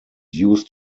used